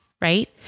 right